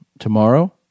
tomorrow